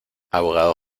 abogado